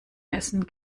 essen